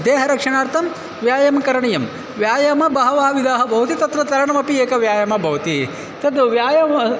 देहरक्षणार्थं व्यायामं करणीयं व्यायामः बहुविधः भवति तत्र तरणमपि एकः व्यायामः भवति तद् व्यायामम्